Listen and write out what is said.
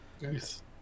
Nice